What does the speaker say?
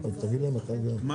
בחוק.